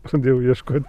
pradėjau ieškot